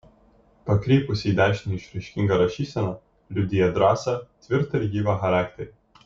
pakrypusi į dešinę išraiškinga rašysena liudija drąsą tvirtą ir gyvą charakterį